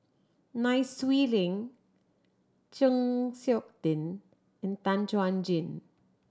Nai Swee Leng Chng Seok Tin and Tan Chuan Jin